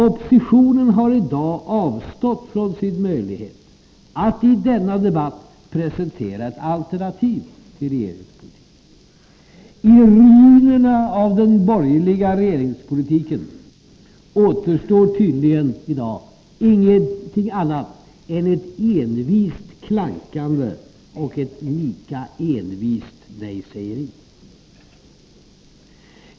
Oppositionen har i dag avstått från sin möjlighet att i denna debatt presentera ett alternativ till regeringspolitiken. I ruinerna av den borgerliga regeringspolitiken återstår i dag ingenting annat än ett envist klankande och ett lika envist nejsägeri.